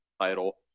title